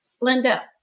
Linda